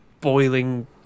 boiling